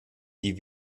die